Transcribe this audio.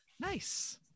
Nice